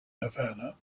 havana